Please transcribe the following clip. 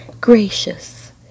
gracious